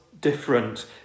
different